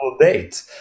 date